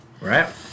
Right